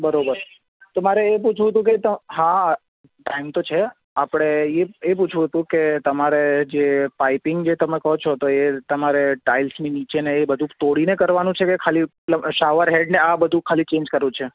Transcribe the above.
બરાબર તો મારે એ પૂછવું હતું કે હા ટાઈમ તો છે આપણે એ પૂછવું હતું કે તમારે જે પાઇપિંગનું જે તમે કહો છો એ તમારે ટાઇલ્સની નીચે ને એ બધું તોડીને કરવાનું છે કે ખાલી પ્લ શાવર હેડ ને આ બધું ખાલી ચેન્જ કરવું છે